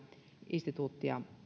instituuttia